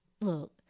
look